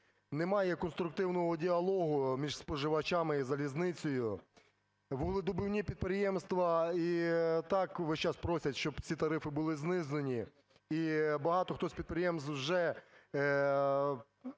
Немає конструктивного діалогу між споживачами і залізницею. Вугледобувні підприємства і так весь час просять, щоб ці тарифи були знижені, і багато хто з підприємств вже…